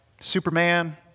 Superman